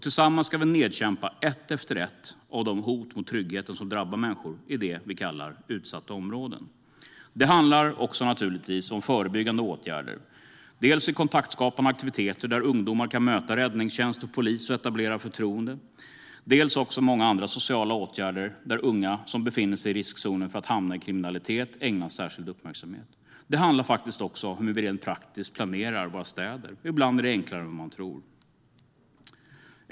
Tillsammans ska vi nedkämpa ett efter ett av de hot mot tryggheten som drabbar människor i det vi kallar utsatta områden. Det handlar naturligtvis om förebyggande åtgärder, dels i kontaktskapande aktiviteter där ungdomar kan möta räddningstjänst och polis och etablera förtroende, dels i många andra sociala åtgärder där unga som befinner sig i riskzonen för att hamna i kriminalitet ägnas särskild uppmärksamhet. Det handlar faktiskt också om hur vi rent praktiskt planerar våra städer. Ibland är det enklare än vad man tror.